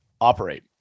operate